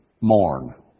mourn